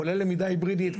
כולל למידה היברידית,